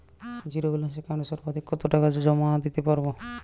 Zero balance একাউন্টে সর্বাধিক কত টাকা জমা দিতে পারব?